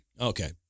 Okay